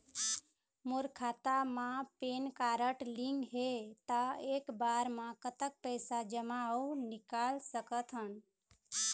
मोर खाता मा PAN card link हे ता एक बार मा कतक पैसा जमा अऊ निकाल सकथन?